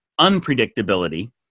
unpredictability